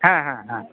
হ্যাঁ হ্যাঁ হ্যাঁ